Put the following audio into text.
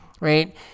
Right